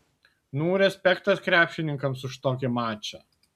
nu respektas krepšininkams už tokį mačą